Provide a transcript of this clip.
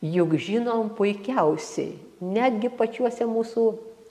juk žinom puikiausiai netgi pačiuose mūsų